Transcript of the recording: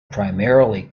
primarily